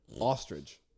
Ostrich